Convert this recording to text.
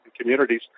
communities